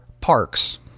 parks